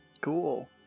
cool